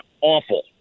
awful